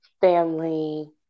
family